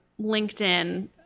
LinkedIn